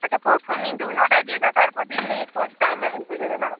আচ্ছা প্রথম দিন তুমি নটায় দিয়ে যাও তারপর দিন থেকে টাইম ম্যানেজ হয়ে যাবে না হয়